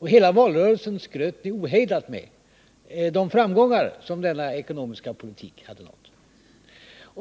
Under hela valrörelsen skröt ni ohejdat med framgångarna med denna ekonomiska politik,